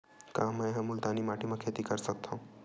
का मै ह मुल्तानी माटी म खेती कर सकथव?